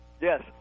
Yes